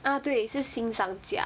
ah 对是新上架